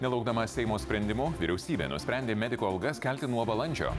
nelaukdama seimo sprendimo vyriausybė nusprendė medikų algas kelti nuo balandžio